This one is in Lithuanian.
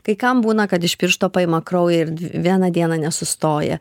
kai kam būna kad iš piršto paima kraują ir dv vieną dieną nesustoja